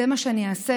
זה מה שאני אעשה